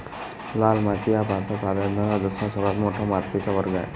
लाल माती हा भारतात आढळणारा दुसरा सर्वात मोठा मातीचा वर्ग आहे